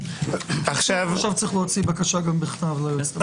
עכשיו צריך להוציא בקשה גם בכתב ליועצת המשפטית.